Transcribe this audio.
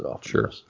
Sure